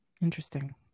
Interesting